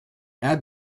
add